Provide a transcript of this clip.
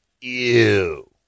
Ew